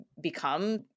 become